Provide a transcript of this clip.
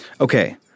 Okay